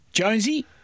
Jonesy